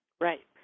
Right